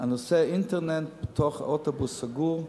האינטרנט בתוך אוטובוס בין-עירוני סגור,